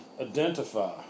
identify